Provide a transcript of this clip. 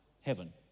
heaven